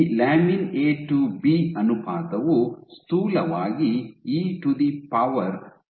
ಈ ಲ್ಯಾಮಿನ್ A to B ಅನುಪಾತವು ಸ್ಥೂಲವಾಗಿ ಇ ಟು ದಿ ಪವರ್ 0